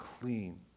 clean